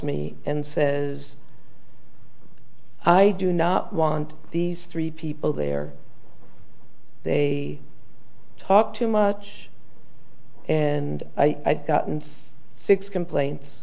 me and says i do not want these three people there they talk too much and i gotten six complaints